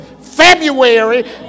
February